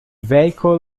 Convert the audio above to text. vehicle